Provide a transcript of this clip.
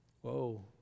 Whoa